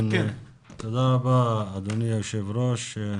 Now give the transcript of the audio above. תודה רבה אדוני היושב ראש,